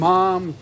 Mom